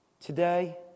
Today